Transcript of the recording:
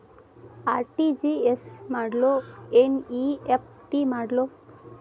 RTGS ಮಾಡ್ಲೊ NEFT ಮಾಡ್ಲೊ?